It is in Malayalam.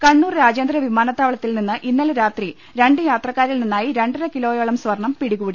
കണ്ണൂർ രാജ്യാന്തര വിമാനതാവളത്തിൽ നിന്ന് ഇന്നലെ രാത്രി രണ്ട് യാത്രക്കാരിൽ നിന്നായി രണ്ടര കിലോയോളം സ്വർണ്ണം പിടികൂടി